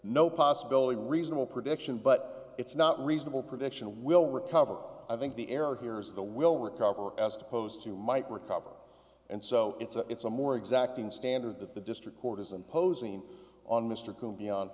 no possibility reasonable prediction but it's not reasonable prediction will recover i think the error here is the will recover as opposed to might recover and so it's a it's a more exacting standard that the district court is imposing on mr coon beyond